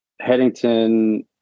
Headington